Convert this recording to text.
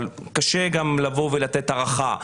אבל קשה גם לבוא ולתת הערכה.